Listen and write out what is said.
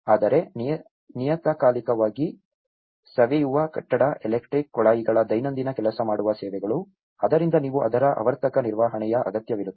ಆದರೆ ನಿಯತಕಾಲಿಕವಾಗಿ ಸವೆಯುವ ಕಟ್ಟಡ ಎಲೆಕ್ಟ್ರಿಕ್ ಕೊಳಾಯಿಗಳ ದೈನಂದಿನ ಕೆಲಸ ಮಾಡುವ ಸೇವೆಗಳು ಆದ್ದರಿಂದ ನೀವು ಅದರ ಆವರ್ತಕ ನಿರ್ವಹಣೆಯ ಅಗತ್ಯವಿರುತ್ತದೆ